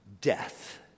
death